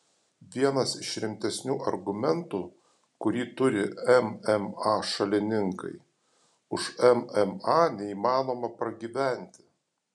vienas iš rimtesnių argumentų kurį turi mma šalininkai už mma neįmanoma pragyventi